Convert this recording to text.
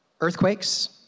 earthquakes